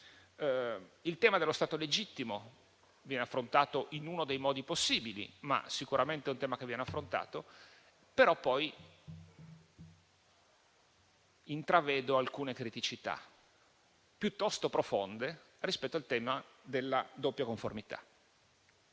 il tema dello stato legittimo viene affrontato in uno dei modi possibili, ma sicuramente è un tema che viene affrontato. Tuttavia, intravedo alcune criticità piuttosto profonde rispetto al tema della doppia conformità.